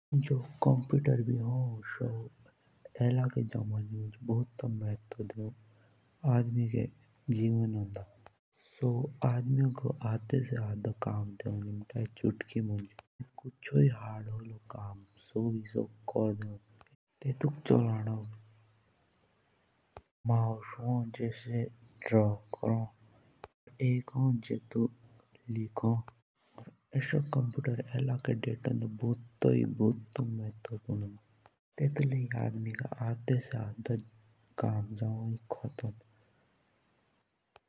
जो कंप्यूटर होन सो ऐला के जमाने कंप्यूटर का भूत मेतुव होन। सो ऐला के जमाने मुँज आदमी का आधे से जादा काम करोन। अर कंप्यूटर ऐला के जमाने मुँज भूतों जरुरी होन।